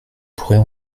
pourrait